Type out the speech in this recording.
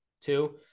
two